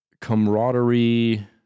camaraderie